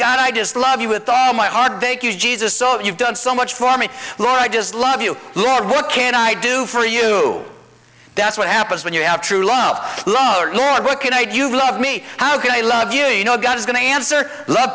god i just love you with all my heart thank you jesus so you've done so much for me oh i just love you lord what can i do for you that's what happens when you have true love love our lord what can i do you love me how can i love you you know god is going to answer love